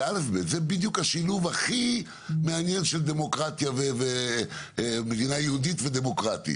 זה בדיוק השילוב הכי פרקטי של מדינה יהודית ודמוקרטית.